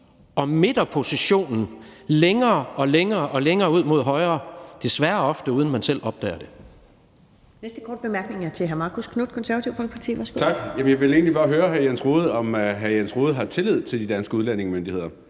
og midterpositionen længere og længere ud mod højre, desværre ofte, uden man selv opdager det.